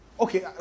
Okay